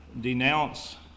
denounce